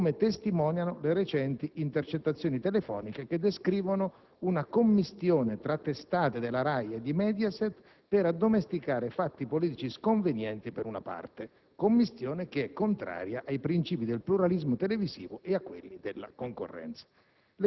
come testimoniano le recenti intercettazioni telefoniche che descrivono una commistione tra testate della RAI e di Mediaset per addomesticare fatti politici sconvenienti per una parte, commistione che è contraria ai princìpi del pluralismo televisivo e a quelli della concorrenza.